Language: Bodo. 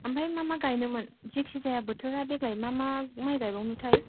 ओमफ्राय मा मा गायदोंमोन जायखि जाया बोथोरा देग्लाय मा मा माइ गायबावनो थाय